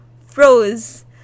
froze